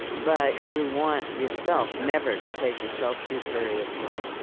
but you want, yourself, never to take yourself too seriously,